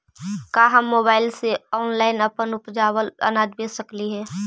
का हम मोबाईल से ऑनलाइन अपन उपजावल अनाज बेच सकली हे?